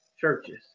churches